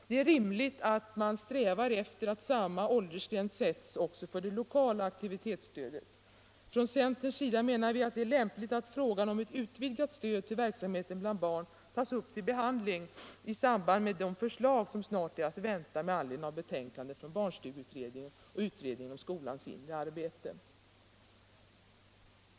Det är rimligt att man strävar efter att samma åldersgräns sätts också för det lokala aktivitetsstödet. Från centerns sida menar vi att det är lämpligt att frågan om ett utvidgat stöd till verksamheten bland barn tas upp till behandling i samband med de förslag som snart är att vänta med anledning av betänkandena från barnstugeutredningen och utredningen om skolans inre arbete.